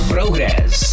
Progress